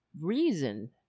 reason